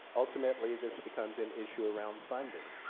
ultimately this becomes an issue around funding.